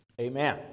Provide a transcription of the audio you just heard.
Amen